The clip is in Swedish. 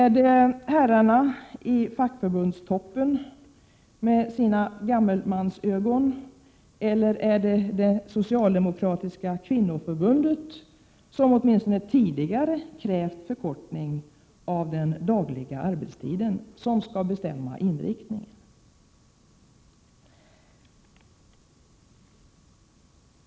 Skall herrarna i fackförbundstoppen med sina gammelmansögon eller det socialdemokratiska kvinnoförbundet, som åtminstone tidigare krävt förkortning av den dagliga arbetstiden, bestämma inriktningen?